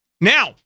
now